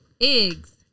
eggs